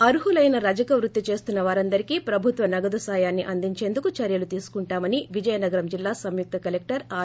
అర్థులైన రజక వృత్తి చేస్తున్న వారందరికీ ప్రభుత్వ నగదు సాయాన్ని అందించేందుకు చర్యలు తీసుకుంటామని విజయనగరం జిల్లా సంయుక్త కలెక్షర్ ఆర్